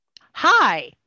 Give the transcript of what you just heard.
Hi